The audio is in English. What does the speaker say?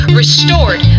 restored